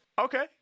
Okay